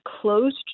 closed